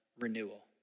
renewal